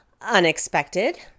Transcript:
unexpected